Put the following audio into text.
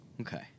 Okay